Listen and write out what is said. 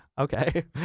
Okay